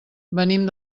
venim